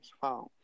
phone